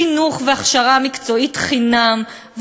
חינוך והכשרה מקצועית חינם,